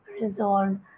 resolved